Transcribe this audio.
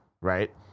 right